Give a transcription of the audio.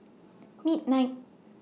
midnight